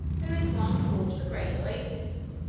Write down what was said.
there is one called the great oasis,